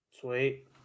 Sweet